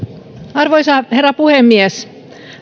arvoisa herra puhemies